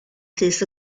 llys